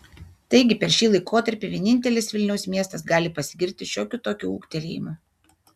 taigi per šį laikotarpį vienintelis vilniaus miestas gali pasigirti šiokiu tokiu ūgtelėjimu